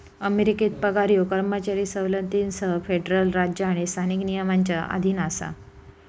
अमेरिकेत पगार ह्यो कर्मचारी सवलतींसह फेडरल राज्य आणि स्थानिक नियमांच्या अधीन असा